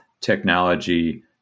technology